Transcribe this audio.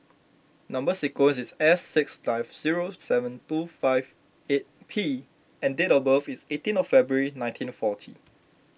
Number Sequence is S six nine zero seven two five eight P and date of birth is eighteen of February nineteen forty